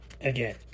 again